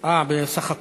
אה, בסך הכול.